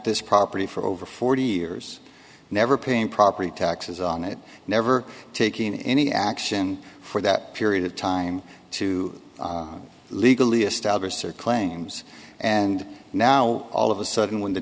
this property for over forty years never paying property taxes on it never taking any action for that period of time to legally establish their claims and now all of a sudden when the